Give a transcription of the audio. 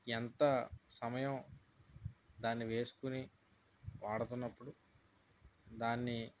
ఎంత సమయం దాన్ని వేసుకుని వాడుతున్నప్పుడు దాన్ని